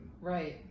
right